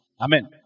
Amen